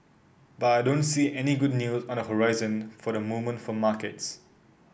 but I don't see any good news on the horizon for the moment for markets